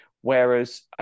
whereas